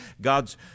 God's